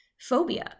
phobia